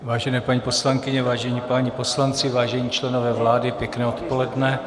Vážené paní poslankyně, vážení páni poslanci, vážení členové vlády, pěkné odpoledne.